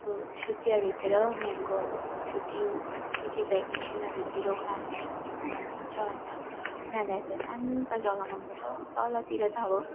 अब छुट्टीहरूतिर उनीहरूको छुट्टी के के भ्याकेसनहरूतिर उनाहरूलाई घुम्नु मन हुन्छ अन्त उनीहरूलाई शान्त जग्गा मन पर्छ तलतिर त अब